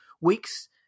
weeks